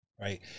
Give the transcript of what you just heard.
Right